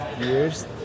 years